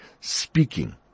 speaking